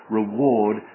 reward